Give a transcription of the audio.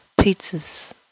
pizzas